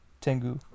Tengu